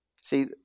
See